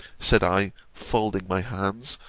said i, folding my hands,